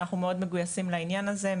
שאנחנו מאוד מגויסים לעניין הזה,